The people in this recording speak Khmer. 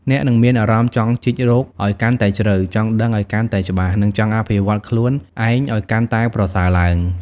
អ្នកនឹងមានអារម្មណ៍ចង់ជីករកឱ្យកាន់តែជ្រៅ ចង់ដឹងឱ្យកាន់តែច្បាស់ និងចង់អភិវឌ្ឍខ្លួនឯងឱ្យកាន់តែប្រសើរឡើង។